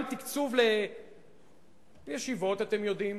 גם תקציב לישיבות, אתם יודעים,